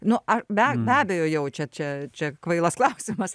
nu ar be be abejo jaučia čia čia kvailas klausimas